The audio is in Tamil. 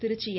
திருச்சி என்